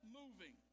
moving